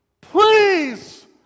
please